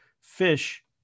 fish